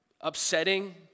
upsetting